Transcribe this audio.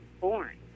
born